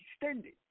extended